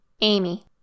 Amy